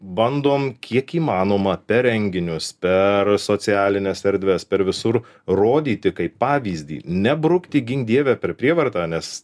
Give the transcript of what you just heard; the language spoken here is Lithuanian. bandom kiek įmanoma per renginius per socialines erdves per visur rodyti kaip pavyzdį nebrukti gink dieve per prievartą nes